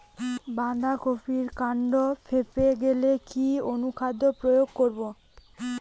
বাঁধা কপির কান্ড ফেঁপে গেলে কি অনুখাদ্য প্রয়োগ করব?